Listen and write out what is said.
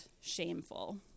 shameful